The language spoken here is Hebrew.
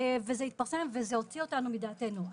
וזה התפרסם וזה הוציא אותנו מדעתנו.